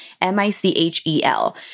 M-I-C-H-E-L